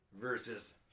versus